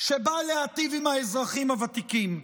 שבא להיטיב עם האזרחים הוותיקים.